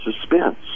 suspense